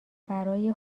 برای